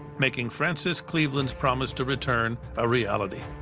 making francis cleveland's promise to return ah reality.